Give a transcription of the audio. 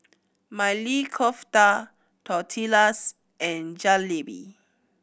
Maili Kofta Tortillas and Jalebi